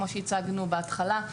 כמו שהצגנו בהתחלה,